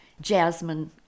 Jasmine